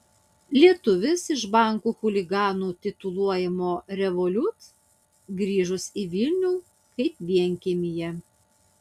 lietuvis iš bankų chuliganu tituluojamo revolut grįžus į vilnių kaip vienkiemyje